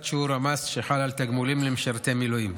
שיעור המס שחל על תגמולים למשרתי מילואים).